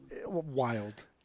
wild